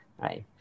right